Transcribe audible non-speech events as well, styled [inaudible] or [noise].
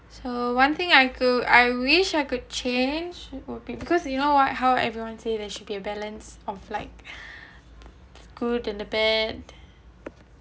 so one thing I could I wish I could change would be because you know why how everyone see there should be a balance of like [breath] good and the bad